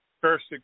first